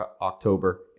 October